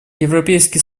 европейский